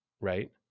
right